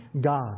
God